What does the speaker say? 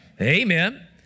Amen